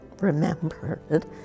remembered